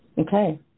Okay